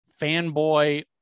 fanboy